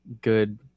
good